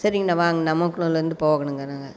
சரிங்கண்ணா வாங்க அண்ணா நமக்கு போகணும்ங்க நாங்கள்